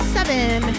Seven